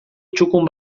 txukun